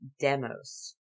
Demos